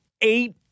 eight